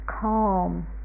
calm